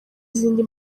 izindi